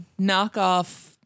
knockoff